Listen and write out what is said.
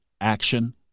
action